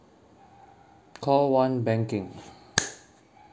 call one banking